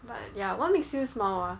but ya what makes you smile ah